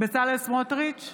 בצלאל סמוטריץ'